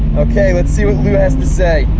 okay, let's see what lou has to say.